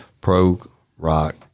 Pro-Rock